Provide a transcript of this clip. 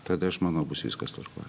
tada aš manau bus viskas tvarkoj